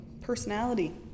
personality